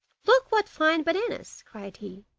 look what fine bananas cried he.